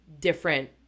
different